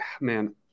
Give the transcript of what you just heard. man